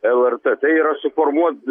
lrt tai yra suformuot